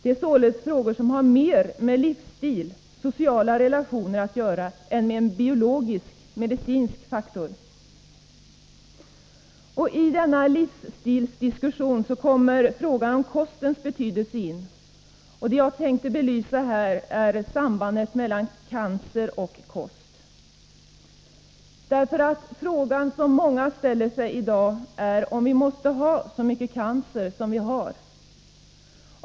Det är således frågor som har mer med livsstil och sociala relationer att göra än med någon biologisk-medicinsk faktor. I denna livsstilsdiskussion kommer frågan om kostens betydelse in, och det jag tänkte belysa här är sambandet mellan cancer och kost. Frågan som många ställer sig är om vi måste ha så mycket cancer som vi har.